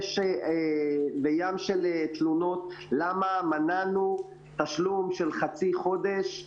קיבלנו אש וים של תלונות למה מנענו תשלום של חצי חודש,